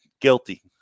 Guilty